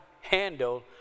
handle